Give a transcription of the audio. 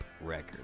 record